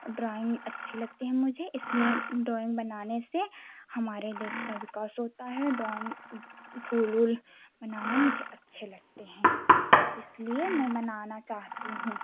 और ड्राइंग अच्छी लगती है मुझे इसलिए ड्राइंग बनाने से हमारे देश का विकास होता है ड्राइंग फूल ऊल बनाना मुझे अच्छे लगते हैं इसलिए मैं बनाना चाहती हूँ